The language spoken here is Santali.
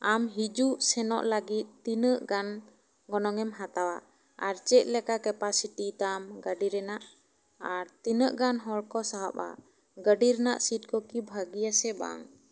ᱟᱢ ᱦᱤᱡᱩᱜ ᱥᱮᱱᱚᱜ ᱞᱟᱹᱜᱤᱫ ᱛᱤᱱᱟᱹᱜ ᱜᱟᱱ ᱜᱚᱱᱚᱝ ᱮᱢ ᱦᱟᱛᱟᱣᱟ ᱟᱨ ᱪᱮᱫ ᱞᱮᱠᱟ ᱠᱮᱯᱟᱥᱤᱴᱤ ᱛᱟᱢ ᱜᱟᱹᱰᱤ ᱨᱮᱱᱟᱜ ᱟᱨ ᱛᱤᱱᱟᱹᱜ ᱜᱟᱱ ᱦᱚᱲ ᱠᱚ ᱥᱟᱦᱚᱵᱼᱟ ᱜᱟᱹᱰᱤ ᱨᱮᱱᱟᱜ ᱥᱤᱴ ᱠᱚ ᱠᱤ ᱵᱷᱟᱹᱜᱤᱭᱟ ᱥᱮ ᱵᱟᱝ